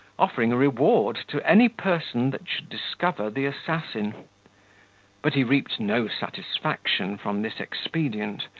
offering a reward to any person that should discover the assassin but he reaped no satisfaction from this expedient,